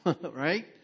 right